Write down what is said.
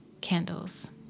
candles